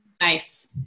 Nice